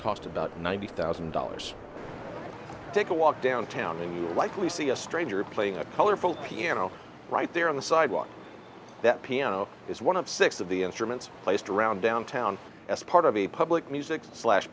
cost about ninety thousand dollars take a walk downtown and you'll likely see a stranger playing a colorful piano right there on the sidewalk that piano is one of six of the instruments placed around downtown as part of a public music slash